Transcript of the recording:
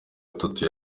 gatatu